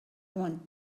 want